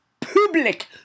public